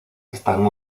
están